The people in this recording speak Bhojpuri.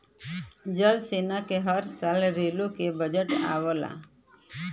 जल सेना क हर साल रेलो के बजट आवला